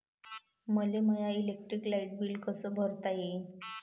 मले my electric light bill कस भरता येईल?